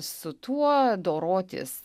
su tuo dorotis